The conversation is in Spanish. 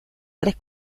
tres